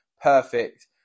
Perfect